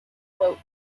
flow